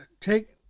take